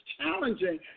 challenging